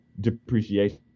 depreciation